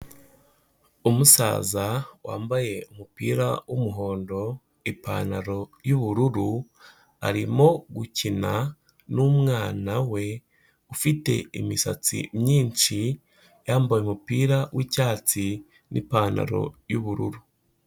Umusaza wambaye umupira w'umuhondo, ipantaro y'ubururu, arimo gukina n'umwana we ufite imisatsi myinshi, yambaye umupira w'icyatsi n'ipantaro y'ubururu.